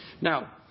Now